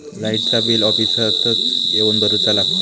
लाईटाचा बिल ऑफिसातच येवन भरुचा लागता?